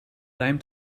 lijm